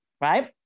Right